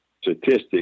statistics